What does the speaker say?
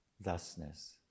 thusness